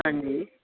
ਹਾਂਜੀ